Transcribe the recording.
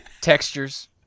Textures